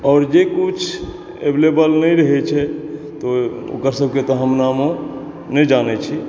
आओर जे कुछ अवेलेबल नहि रहै छै तऽ ओ ओकर सबके तऽ हम नाम नहि जानै छी